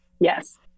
yes